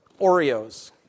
Oreos